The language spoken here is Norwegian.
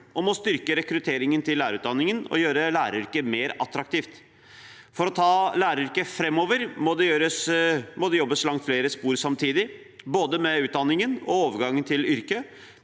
om å styrke rekrutteringen til lærerutdanningene og gjøre læreryrket mer attraktivt. For å ta læreryrket framover må det jobbes langs flere spor samtidig, både med utdanningen og overgangen til yrket,